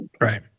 Right